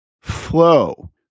flow